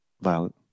violent